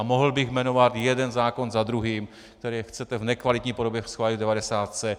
A mohl bych jmenovat jeden zákon za druhým, který chcete v nekvalitní podobě schválit v devadesátce.